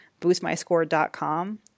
boostmyscore.com